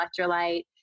electrolyte